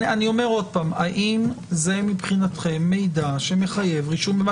האם מבחינתכם זה מידע שמחייב רישום?